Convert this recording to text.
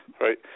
Right